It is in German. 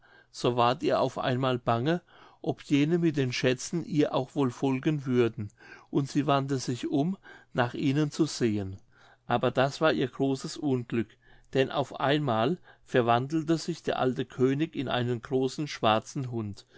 so ward ihr auf einmal bange ob jene mit den schätzen ihr auch wohl folgen würden und sie wandte sich um nach ihnen zu sehen aber das war ihr großes unglück denn auf einmal verwandelte sich der alte könig in einen großen schwarzen hund